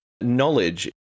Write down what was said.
Knowledge